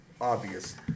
obvious